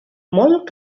molt